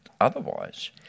otherwise